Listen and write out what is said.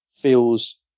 feels